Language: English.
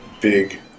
big